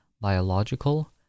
biological